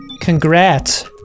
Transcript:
Congrats